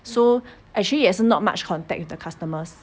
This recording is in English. so actually 也是 not much contact with the customers